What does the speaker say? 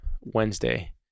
Wednesday